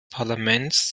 parlaments